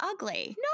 ugly